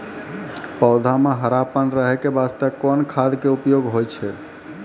पौधा म हरापन रहै के बास्ते कोन खाद के उपयोग होय छै?